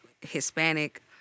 Hispanic